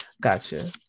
Gotcha